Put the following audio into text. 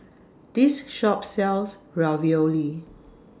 This Shop sells Ravioli